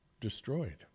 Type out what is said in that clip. destroyed